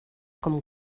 com